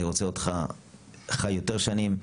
אני רוצה אותך חיי יותר שנים,